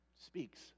Speaks